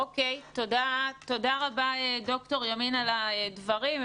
אוקיי, תודה רבה ד"ר ימין על הדברים.